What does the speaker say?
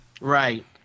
Right